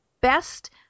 best